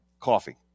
coffee